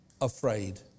afraid